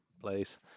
place